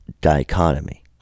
dichotomy